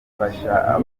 ifasha